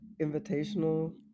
invitational